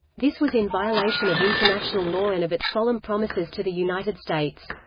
this was in violation of international law and of its solemn promises to the united states.